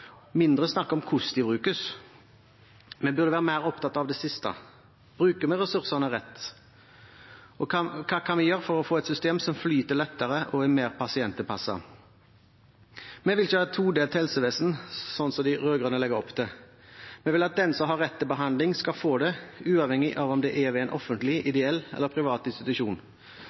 mindre snakk om hvordan de brukes. Vi burde være mer opptatt av det siste. Bruker vi ressursene rett, og hva kan vi gjøre for å få et system som flyter lettere, og er mer pasienttilpasset? Vi vil ikke ha et todelt helsevesen, slik som de rød-grønne legger opp til. Vi vil at den som har rett til behandling, skal få det, uavhengig av om det er ved en offentlig, ideell eller privat institusjon.